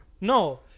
No